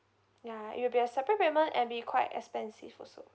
ya it will be a separate payment and be quite expensive also